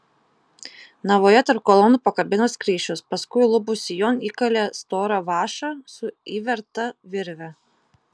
navoje tarp kolonų pakabino skrysčius paskui lubų sijon įkalė storą vąšą su įverta virve